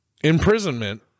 imprisonment